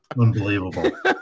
Unbelievable